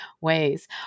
ways